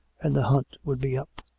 and the hunt would be up.